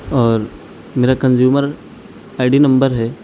اور میرا consumer I D number ہے